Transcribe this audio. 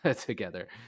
together